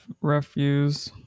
refuse